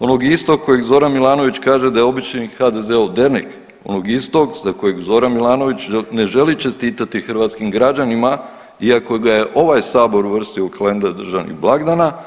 onog istog kojeg Zoran Milanović kaže da je obični HDZ-ove dernek, onog istog za kojeg Zoran Milanović ne želi čestitati hrvatskim građanima iako ga je ovaj sabor uvrstio u kalendar državnih blagdana.